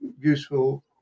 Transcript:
useful